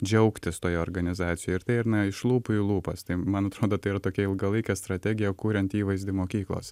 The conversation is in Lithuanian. džiaugtis toje organizacijoje ir tai ir ne iš lūpų į lūpas tai man atrodo tai yra tokia ilgalaikė strategija kuriant įvaizdį mokyklos